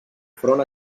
front